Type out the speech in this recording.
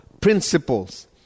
principles